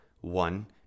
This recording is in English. one